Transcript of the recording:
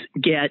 get